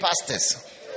pastors